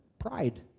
pride